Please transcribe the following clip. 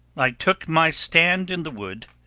i took my stand in the wood,